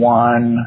one